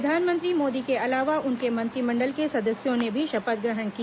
प्रधानमंत्री मोदी के अलावा उनके मंत्रिमंडल के सदस्यों ने भी शपथ ग्रहण किया